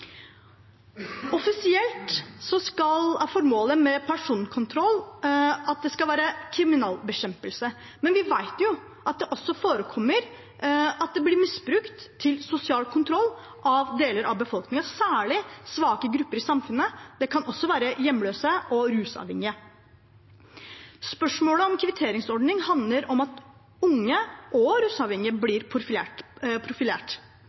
formålet med personkontroll at det skal være kriminalitetsbekjempelse, men vi vet at det også forekommer at det blir misbrukt til sosial kontroll av deler av befolkningen, særlig svake grupper i samfunnet. Det kan også være hjemløse og rusavhengige. Spørsmålet om kvitteringsordning handler om at unge og rusavhengige blir profilert.